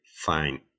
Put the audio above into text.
fine